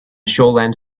shoreland